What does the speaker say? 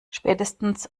spätestens